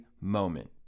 moment